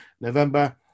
november